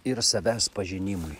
ir savęs pažinimui